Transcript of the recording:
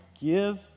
give